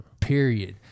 Period